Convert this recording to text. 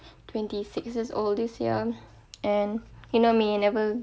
twenty six years old this year and you know me never